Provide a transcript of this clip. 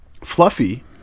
Fluffy